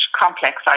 Complex